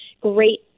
great